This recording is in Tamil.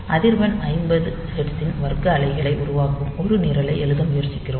அதிர்வெண் 50 ஹெர்ட்ஸின் வர்க்க அலைகளை உருவாக்கும் ஒரு நிரலை எழுத முயற்சிக்கிறோம்